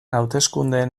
hauteskundeen